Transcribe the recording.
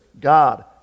God